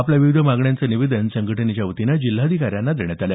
आपल्या विविध मागण्यांचं निवेदन संघटनेच्या वतीनं जिल्हाधिकाऱ्यांना देण्यात आलं